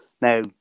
Now